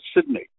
Sydney